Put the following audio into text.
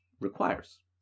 requires